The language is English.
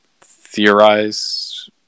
theorize